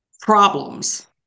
problems